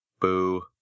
Boo